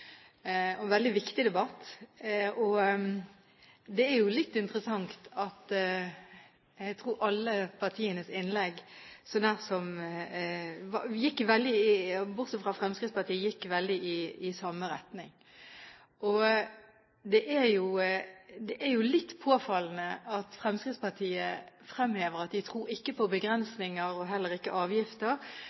en veldig interessant og god debatt, og en veldig viktig debatt. Det er jo litt interessant å registrere at alle partienes innlegg, bortsett fra Fremskrittspartiets, gikk i samme retning. Det er jo litt påfallende at Fremskrittspartiet fremhever at de ikke tror på begrensninger og heller ikke på avgifter.